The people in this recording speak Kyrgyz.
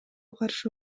каршы